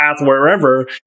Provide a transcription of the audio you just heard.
wherever